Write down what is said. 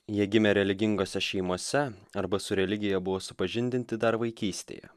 jie gimė religingose šeimose arba su religija buvo supažindinti dar vaikystėje